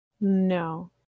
No